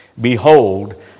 Behold